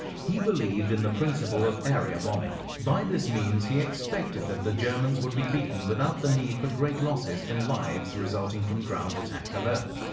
he believed in the principle of area bombing. by this means, he expected that the germans would be beaten without the need for great losses in lives resulting from ground attack alone.